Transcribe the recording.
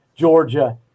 Georgia